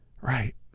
Right